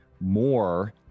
more